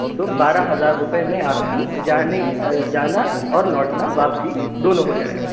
تو بارہ ہزار روپئے میں آپ کی جانے جانا اور لوٹنا واپسی دونوں ہو جائے گا